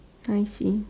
ninety